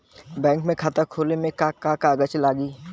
Bank में खाता खोले मे का का कागज लागी?